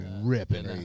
ripping